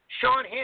Sean